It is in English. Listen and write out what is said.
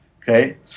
Okay